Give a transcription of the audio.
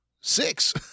six